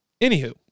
Anywho